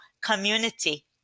community